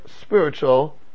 spiritual